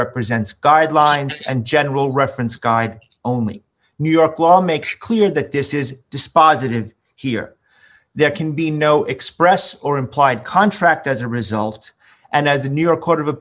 represents guidelines and general reference guide only new york law makes clear that this is dispositive here there can be no express or implied contract as a result and as a new york court of a